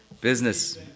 Business